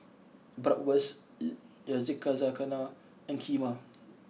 Bratwurst Yakizakana and Kheema